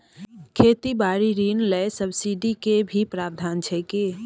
खेती बारी ऋण ले सब्सिडी के भी प्रावधान छै कि?